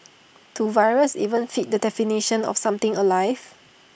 do viruses even fit the definition of something alive